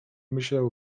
myślał